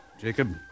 Jacob